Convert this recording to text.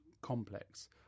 complex